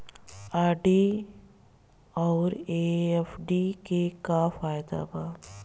RD आउर FD के का फायदा बा?